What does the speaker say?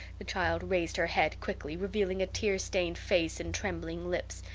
the child raised her head quickly, revealing a tear-stained face and trembling lips.